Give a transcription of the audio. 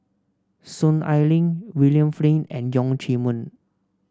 Soon Ai Ling William Flint and Leong Chee Mun